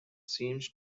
seems